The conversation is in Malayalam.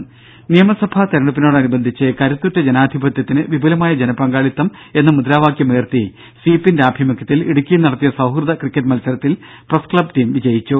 ദ്ദേ നിയമസഭാ തിരഞ്ഞെടുപ്പിനോടനുബന്ധിച്ച് കരുത്തുറ്റ ജനാധിപത്യത്തിന് വിപുലമായ ജനപങ്കാളിത്തം എന്ന മുദ്രാവാക്യം ഉയർത്തി സ്വീപിന്റെ ആഭിമുഖ്യത്തിൽ ഇടുക്കിയിൽ നടത്തിയ സൌഹൃദ ക്രിക്കറ്റ് മത്സരത്തിൽ പ്രസ് ക്ലബ്ബ് ടീം വിജയിച്ചു